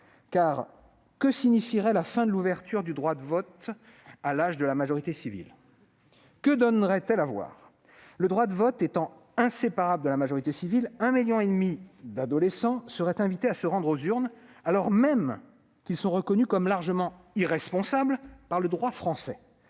Car que signifierait la fin de l'ouverture du droit de vote à l'âge de la majorité civile ? Que donnerait-elle à voir ? Le droit de vote étant inséparable de la majorité civile, 1,5 million d'adolescents seraient invités à se rendre aux urnes, alors même qu'ils sont reconnus comme largement irresponsables par le droit français.